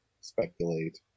speculate